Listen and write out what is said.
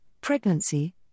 pregnancy